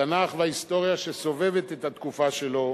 התנ"ך וההיסטוריה שסובבת את התקופה שלו,